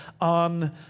on